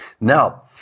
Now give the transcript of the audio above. Now